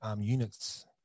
units